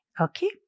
okay